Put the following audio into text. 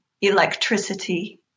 electricity